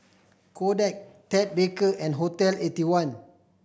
Kodak Ted Baker and Hotel Eighty one